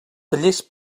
tallers